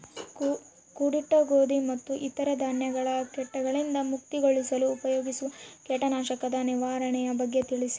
ಕೂಡಿಟ್ಟ ಗೋಧಿ ಮತ್ತು ಇತರ ಧಾನ್ಯಗಳ ಕೇಟಗಳಿಂದ ಮುಕ್ತಿಗೊಳಿಸಲು ಉಪಯೋಗಿಸುವ ಕೇಟನಾಶಕದ ನಿರ್ವಹಣೆಯ ಬಗ್ಗೆ ತಿಳಿಸಿ?